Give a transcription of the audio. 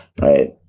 Right